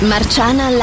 Marciana